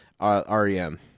REM